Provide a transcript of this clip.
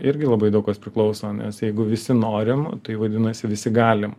irgi labai daug kas priklauso nes jeigu visi norim tai vadinasi visi galim